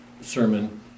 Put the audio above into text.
sermon